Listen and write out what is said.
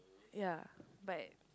ya but